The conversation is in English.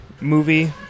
movie